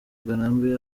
ngarambe